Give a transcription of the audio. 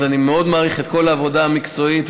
אז אני מאוד מעריך את כל העבודה המקצועית,